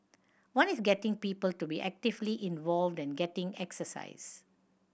one is getting people to be actively involved and getting exercise